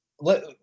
let